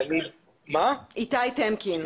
איתי טמקין.